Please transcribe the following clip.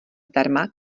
zdarma